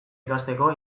ikasteko